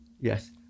Yes